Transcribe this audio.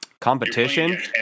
competition